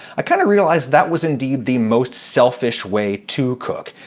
i kinda realized that was, indeed, the most selfish way to cook.